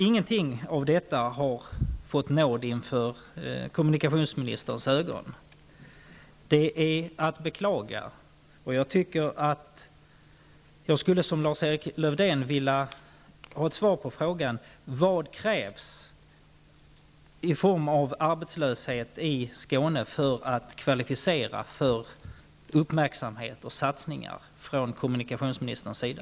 Ingenting av detta har fått nåd inför kommunikationsministerns ögon, och det är att beklaga. Jag skulle, liksom Lars-Erik Lövdén, vilja ha ett svar på frågan: Vad krävs i form av arbetslöshet för att kvalificera Skåne för uppmärksamhet och satsningar från kommunikationsministerns sida?